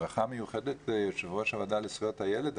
ברכה מיוחדת ליושב ראש הוועדה לזכויות הילד.